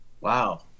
Wow